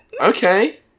Okay